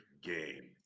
game